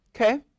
Okay